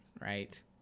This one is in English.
right